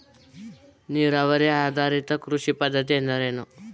ನೀರಾವರಿ ಆಧಾರಿತ ಕೃಷಿ ಪದ್ಧತಿ ಎಂದರೇನು?